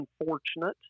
unfortunate